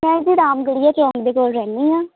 ਮੈਂ ਰਾਮਗੜੀਆਂ ਚੈਨ ਦੇ ਕੋਲ ਰਹਿੰਨੀ ਆ